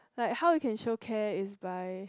like how you can show care is by